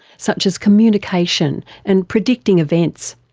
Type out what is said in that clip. such as communication and predicting events.